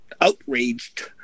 outraged